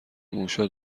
موشا